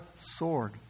sword